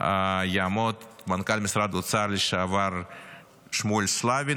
יעמוד מנכ"ל משרד האוצר לשעבר שמואל סלבין,